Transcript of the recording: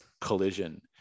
collision